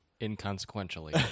inconsequentially